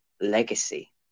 Legacy